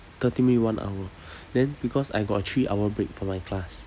thirty minute one hour then because I got a three hour break from my class